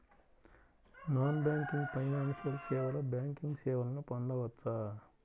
Non banking financial సేవలో banking సేవలను పొందవచ్చా?